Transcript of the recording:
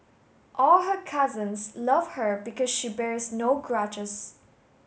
all her cousins love her because she bears no grudges